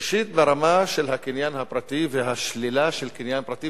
ראשית ברמה של הקניין הפרטי והשלילה של הקניין הפרטי